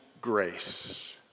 grace